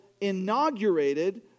inaugurated